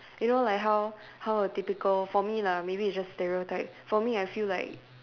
you know like how how a typical for me lah maybe it's just stereotype for me I feel like